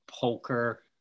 poker